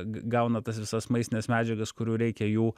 gauna tas visas maistines medžiagas kurių reikia jų